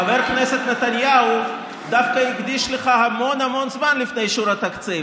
חבר הכנסת נתניהו דווקא הקדיש לך המון המון זמן לפני אישור התקציב,